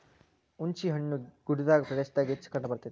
ಹುಂಚಿಹಣ್ಣು ಗುಡ್ಡಗಾಡ ಪ್ರದೇಶದಾಗ ಹೆಚ್ಚ ಕಂಡಬರ್ತೈತಿ